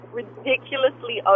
ridiculously